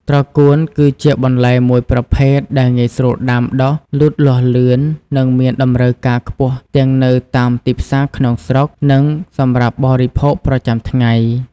ត្រកួន គឺជាបន្លែមួយប្រភេទដែលងាយស្រួលដាំដុះ លូតលាស់លឿន និងមានតម្រូវការខ្ពស់ទាំងនៅតាមទីផ្សារក្នុងស្រុក និងសម្រាប់បរិភោគប្រចាំថ្ងៃ។